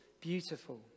beautiful